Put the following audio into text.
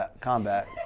Combat